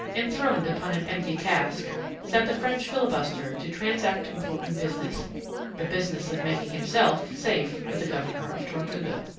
enthroned upon an empty cask sat the french filibuster to transact important business the business of making himself safe with the governor of tortuga.